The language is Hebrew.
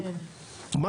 מה